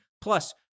plus